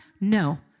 No